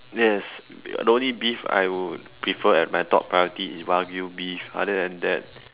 yes the only beef I would prefer at my top priority is wagyu-beef other than that